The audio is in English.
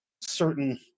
certain